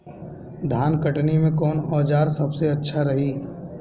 धान कटनी मे कौन औज़ार सबसे अच्छा रही?